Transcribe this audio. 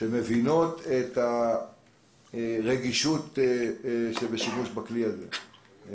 שמבינות את הרגישות שבשימוש בכלי הזה.